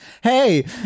Hey